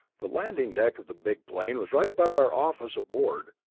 the landing deck of the big plane was right above our office aboard,